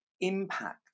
impact